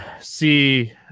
see